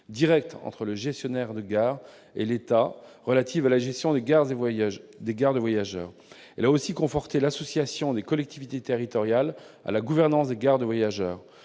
directe entre le gestionnaire de gares et l'État relative à la gestion des gares de voyageurs. Elle a aussi conforté l'association des collectivités territoriales à la gouvernance des gares de voyageurs.